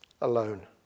alone